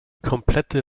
komplette